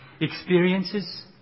experiences